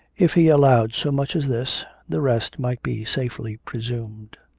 if he allowed so much as this, the rest might be safely presumed.